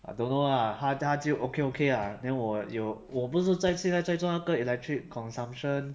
I don't know lah 他就 okay okay ah then 我有我不是现在在做那个 electric consumption